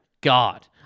God